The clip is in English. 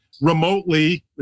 remotely